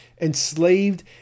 enslaved